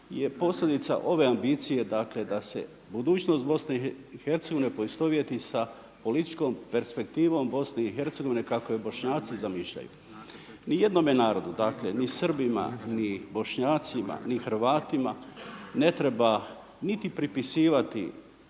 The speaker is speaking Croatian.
je posljedica ove ambicije dakle da se budućnost BiH poistovjeti sa političkom perspektivom BiH kako je Bošnjaci zamišljaju. Ni jednome narodu, dakle ni Srbima, ni Bošnjacima, ni Hrvatima ne treba niti pripisivati